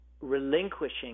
relinquishing